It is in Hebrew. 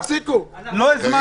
באמצעות --- לא נכון.